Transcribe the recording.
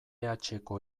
hatxeko